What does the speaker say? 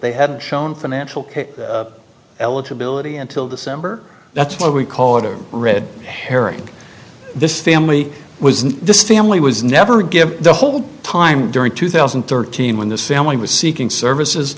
ey had shown financial case eligibility until december that's what we call it a red herring this family was and this family was never give the whole time during two thousand and thirteen when this family was seeking services